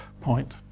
point